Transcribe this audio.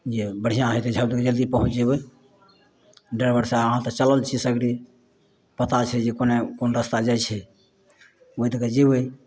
जे बढ़िआँ होयतै झब दनी जल्दी पहुँच जेबै ड्राइबर साहेब अहाँ तऽ चलल छियै सगरी पता छै जे कोना कोन रस्ता जाइ छै ओहि दऽ कऽ जेबै